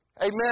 Amen